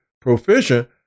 proficient